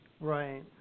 Right